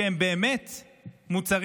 מוצרים באמת בסיסיים,